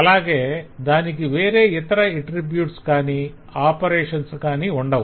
అలాగే దానికి వేరే ఇతర ఎట్త్రిబ్యూట్స్ కాని ఆపరేషన్స్ కాని ఉండవు